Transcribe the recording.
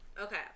Okay